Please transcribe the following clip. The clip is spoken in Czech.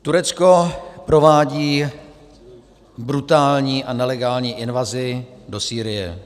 Turecko provádí brutální a nelegální invazi do Sýrie.